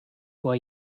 vor